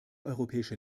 europäische